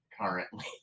currently